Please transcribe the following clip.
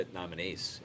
nominees